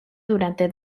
durante